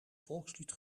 volkslied